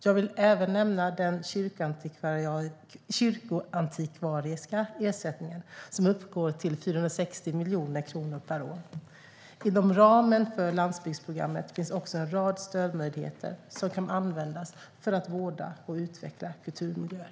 Jag vill även nämna den kyrkoantikvariska ersättningen, som uppgår till 460 miljoner kronor per år. Inom ramen för landsbygdsprogrammet finns också en rad stödmöjligheter som kan användas för att vårda och utveckla kulturmiljöer.